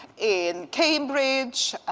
in cambridge,